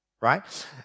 right